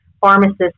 pharmacists